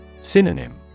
Synonym